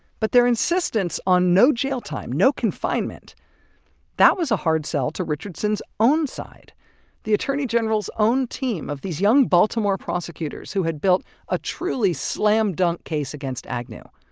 but their insistence on no jail time no confinement that was a hard sell to richardson's own side the attorney general's own team of these young baltimore prosecutors who had built a truly slam dunk case against agnew,